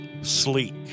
sleek